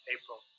April